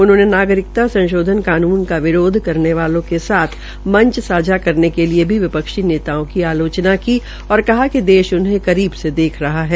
उन्होंने नागरिकता संशोधन कानून का विरोध करने वाले के साथ मंच सांझा करने के लिए भी विपक्षी नेताओं की आलोचना की औ कहा कि देश उन्हें करीब से देख रहा है